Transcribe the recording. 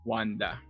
Wanda